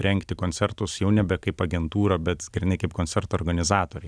rengti koncertus jau nebe kaip agentūra bet grynai kaip koncerto organizatoriai